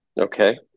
Okay